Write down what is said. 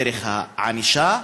דרך הענישה,